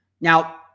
Now